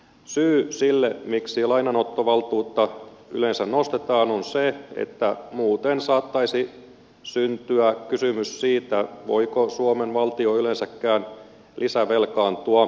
syy siihen miksi lainanottovaltuutta yleensä nostetaan on se että muuten saattaisi syntyä kysymys siitä voiko suomen valtio yleensäkään lisävelkaantua